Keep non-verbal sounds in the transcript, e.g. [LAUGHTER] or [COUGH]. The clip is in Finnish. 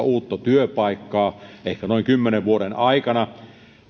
[UNINTELLIGIBLE] uutta työpaikkaa ehkä noin kymmenen vuoden aikana